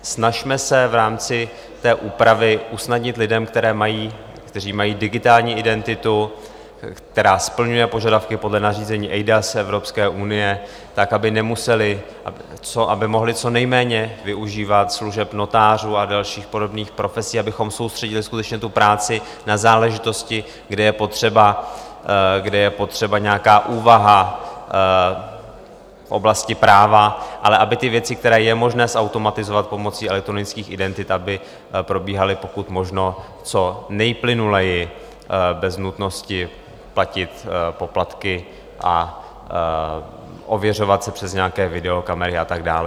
Snažme se v rámci té úpravy usnadnit lidem, kteří mají digitální identitu, která splňuje požadavky podle nařízení eIDAS Evropské unie, aby nemuseli, aby mohli co nejméně využívat služeb notářů a dalších podobných profesí, abychom soustředili skutečně tu práci na záležitosti, kde je potřeba nějaká úvaha v oblasti práva, ale aby ty věci, které je možné zautomatizovat pomocí elektronických identit, aby probíhaly pokud možno co nejplynuleji bez nutnosti platit poplatky a ověřovat se přes nějaké videokamery a tak dále.